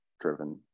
driven